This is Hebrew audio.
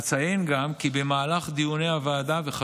אציין גם כי במהלך דיוני הוועדה שקוימו בהצעת החוק,